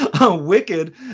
Wicked